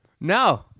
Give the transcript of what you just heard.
No